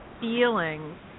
feelings